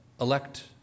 elect